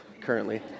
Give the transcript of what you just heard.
currently